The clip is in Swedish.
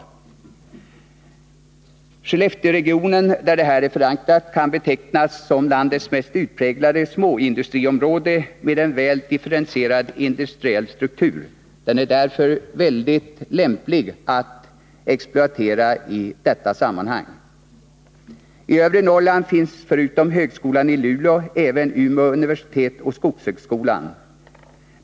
Skellefteåregionen, där det här är förankrat, kan betecknas som landets mest utpräglade småindustriområde med en väl differentierad industriell struktur. Den är därför mycket lämplig att exploatera i detta sammanhang. I övre Norrland finns förutom högskolan i Luleå även Umeå universitet och skogshögskolan.